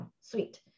sweet